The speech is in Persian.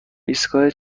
ایستگاه